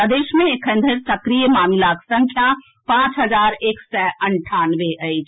प्रदेश मे एखन धरि सक्रिय मामिलाक संख्या पांच हजार एक सय अंठानवे अछि